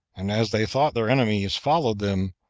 and as they thought their enemies followed them,